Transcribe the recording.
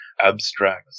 abstract